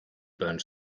burned